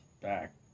back